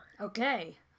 Okay